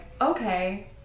okay